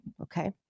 okay